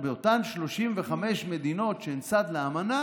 אבל אני אומר: באותן 35 מדינות שהן צד לאמנה